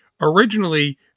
originally